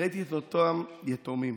ראיתי את אותם יתומים,